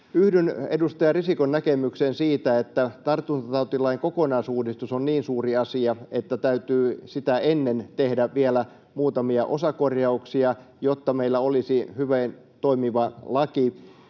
Yhdyn edustaja Risikon näkemykseen siitä, että tartuntatautilain kokonaisuudistus on niin suuri asia, että täytyy ennen sitä tehdä vielä muutamia osakorjauksia, jotta meillä olisi hyvin toimiva laki.